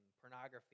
pornography